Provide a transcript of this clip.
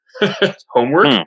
Homework